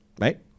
right